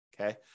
Okay